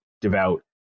devout